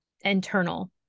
internal